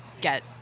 get